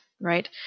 Right